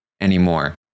anymore